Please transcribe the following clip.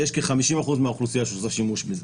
יש כ-50% מהאוכלוסייה שעושה שימוש בזה.